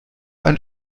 einen